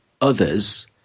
others